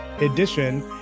edition